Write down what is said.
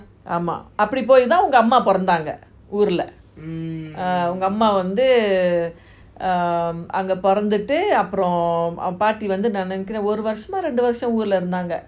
ஆமா அப்பிடி பொய் தான் உங்கம்மா பொறந்தாங்க ஊருல உங்கம்மா வந்து அங்க பொறந்துட்டு அப்புறம் பாட்டி வந்து நான் நெனைக்கிறேன் ஒரு வருசமா ரெண்டு வருசமா ஊருல இருந்தாங்க:ama apidi poi thaan ungamma poranthanga uurula ungamma vanthu anga poranthutu apram paati vanthu naan nenaikiran oru varusamo rendu varusamo uurula irunthanga